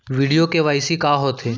video KYC का होथे